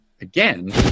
again